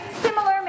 Similar